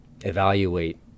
evaluate